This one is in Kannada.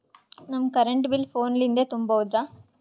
ನಮ್ ಕರೆಂಟ್ ಬಿಲ್ ಫೋನ ಲಿಂದೇ ತುಂಬೌದ್ರಾ?